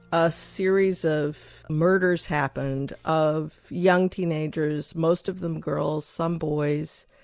a series of murders happened of young teenagers, most of them girls, some boys,